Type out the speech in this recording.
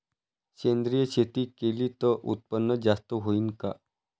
सेंद्रिय शेती केली त उत्पन्न जास्त होईन का?